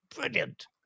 brilliant